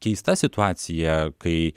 keista situacija kai